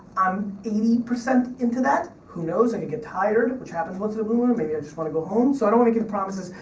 i'm eighty percent into that, who knows, i could get tired, which happens once in a blue moon, maybe i just wanna go home, so i don't wanna give promises,